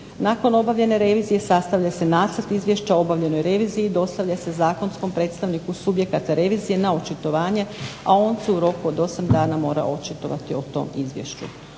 Nakon obavljene revizije sastavlja se nacrt izvješća o obavljenoj reviziji, dostavlja se zakonskom predstavniku subjekata revizije na očitovanje, a on se u roku od 8 dana mora očitovati o tom izvješću.